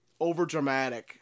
overdramatic